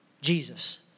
Jesus